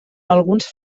alguns